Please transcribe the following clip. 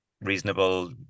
reasonable